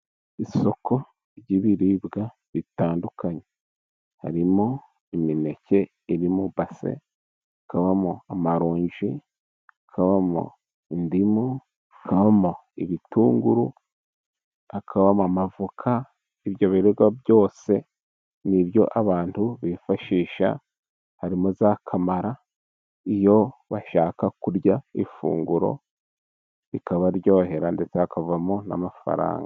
Isoko ry'ibiribwa bitandukanye. Harimo imineke iri mu ibase, hakabamo amaronji, hakabamo indimu, hakabamo ibitunguru, hakabamo amavoka, ibyo biribwa byose ni ibyo abantu bifashisha, harimo za kamara, iyo bashaka kurya ifunguro bikabaryohera, ndetse hakavamo n'amafaranga.